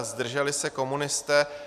Zdrželi se komunisté.